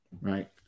right